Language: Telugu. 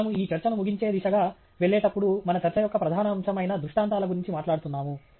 మనము ఈ చర్చను ముగించే దిశగా వెళ్ళేటప్పుడు మన చర్చ యొక్క ప్రధాన అంశం అయిన దృష్టాంతాల గురించి మాట్లాడుతున్నాము